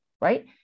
right